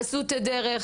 עשו את הדרך,